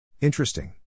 Interesting